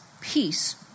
peace